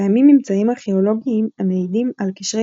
קיימים ממצאים ארכאולוגיים המעידים על קשרי